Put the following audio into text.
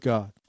God